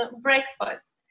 breakfast